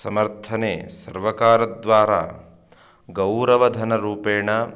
समर्थने सर्वकारद्वारा गौरवधनरूपेण